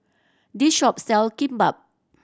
this shop sell Kimbap